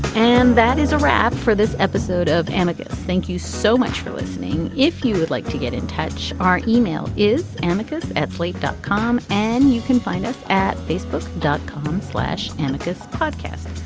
and that is a wrap for this episode of amicus. thank you so much for listening. if you would like to get in touch. our email is amicus athlete dot com and you can find us at facebook dot com slash anarchist podcast.